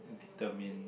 determined